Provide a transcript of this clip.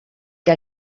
que